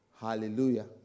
Hallelujah